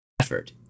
effort